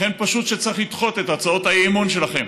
לכן פשוט צריך לדחות את הצעות האי-אמון שלכם.